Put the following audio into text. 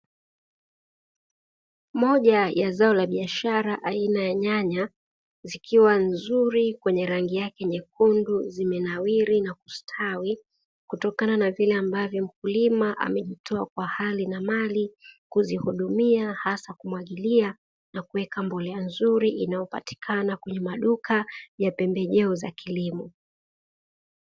Moja ya zao la biashara aina ya nyanya zikiwa nzuri kwenye rangi yake nyekundu zimenawiri na kustawi kutokana na vile ambavyo mkulima amejitoa kwa hali na mali kuzihudumia hasa kumwagilia na kuweka mbolea nzuri inayopatikana kwenye maduka ya pembejeo za kilimo.